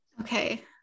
Okay